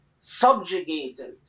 subjugated